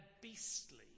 beastly